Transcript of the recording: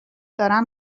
دارن